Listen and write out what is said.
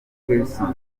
hilson